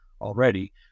already